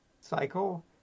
cycle